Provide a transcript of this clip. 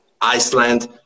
Iceland